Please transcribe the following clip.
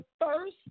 first